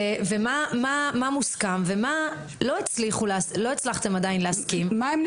תאמרו מה מוסכם ומה לא הצלחתם להסכים עליו.